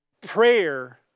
Prayer